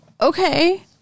Okay